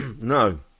No